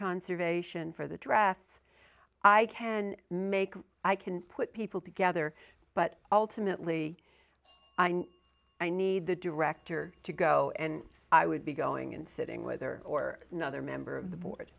conservation for the drafts i can make i can put people together but ultimately i need the director to go and i would be going and sitting with her or another member of the board